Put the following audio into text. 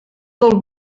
del